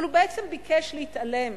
אבל הוא בעצם ביקש להתעלם